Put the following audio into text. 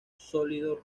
sólido